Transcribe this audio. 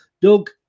Doug